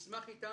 יש מי שישמח אתם,